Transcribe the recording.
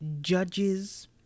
Judges